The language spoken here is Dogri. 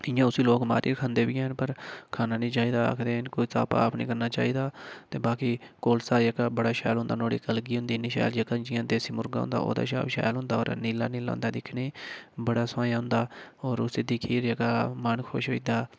इ'यां उसी लोग मारियै खंदे बी हैन पर खाना निं चाहिदा आखदे न कुसा पाप निं करना चाहिदा ते बाकी कोलसा जेह्का बड़ा शैल होंदा नुहाड़ी कलगी होंदी इ'न्नी शैल जियां जेह्का देसी मुर्गा होंदा ओह्दे कशा बी शैल होंदा होर नीला नीला होंदा दिक्खने ई बड़ा सोहंया होंदा होर उसी दिक्खियै जेह्का मन खुश होई जंदा